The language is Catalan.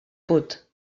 put